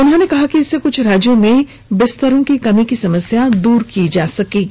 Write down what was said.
उन्होंने कहा कि इससे कुछ राज्यों में बिस्तरों की कमी की समस्या दूर की जा सकेगी